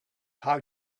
how